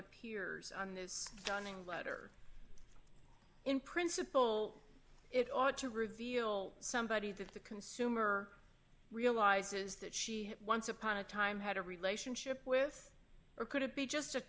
appears on this stunning letter in principle it ought to reveal somebody that the consumer realizes that she once upon a time had a relationship with or could it be just a